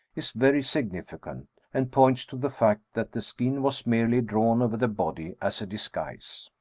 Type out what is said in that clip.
is very significant, and points to the fact that the skin was merely drawn over the body as a disguise.